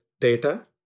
data